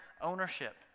ownership